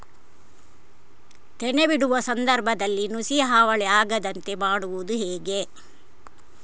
ತೆನೆ ಬಿಡುವ ಸಂದರ್ಭದಲ್ಲಿ ನುಸಿಯ ಹಾವಳಿ ಆಗದಂತೆ ಮಾಡುವುದು ಹೇಗೆ?